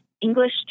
English